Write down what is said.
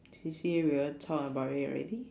C_C_A we already talk about it already